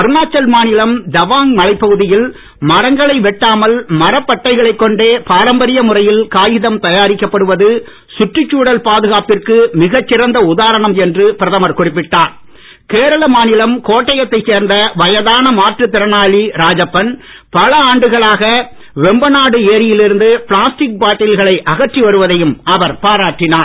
அருணாச்சல் மாநிலம் தவாங் மலைப்பகுதியில் மரங்களை வெட்டாமல் மரப்பட்டைகளைக் கொண்டே பாரம்பரிய முறையில் காகிதம் தயாரிக்கப்படுவது சுற்றுச்சூழல் பாதுகாப்பிற்கு மிகச் சிறந்த உதாரணம் கோட்டையத்தைச் சேர்ந்த வயதான மாற்றுத் திறனாளி ராஜப்பன் பல ஆண்டுகளாக வெம்பநாடு ஏரியில் இருந்து பிளாஸ்டிக் பாட்டில்களை அகற்றி வருவதையும் அவர் பாராட்டினார்